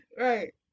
Right